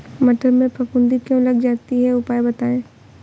मटर में फफूंदी क्यो लग जाती है उपाय बताएं?